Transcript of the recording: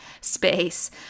space